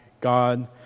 God